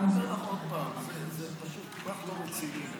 אגיד לך עוד פעם: זה פשוט כל כך לא רציני.